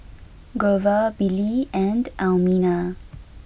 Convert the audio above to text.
Grover Billy and Elmina